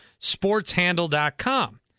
SportsHandle.com